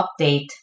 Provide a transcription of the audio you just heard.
update